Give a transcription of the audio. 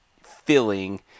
filling